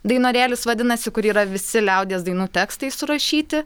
dainorėlis vadinasi kur yra visi liaudies dainų tekstai surašyti